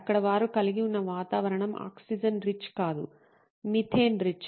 అక్కడ వారు కలిగి ఉన్న వాతావరణం ఆక్సిజన్ రిచ్ కాదు మీథేన్ రిచ్